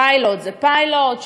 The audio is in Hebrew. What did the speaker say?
פיילוט זה פיילוט,